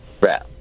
Right